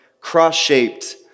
cross-shaped